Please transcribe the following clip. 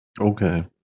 Okay